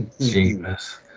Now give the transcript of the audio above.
Jesus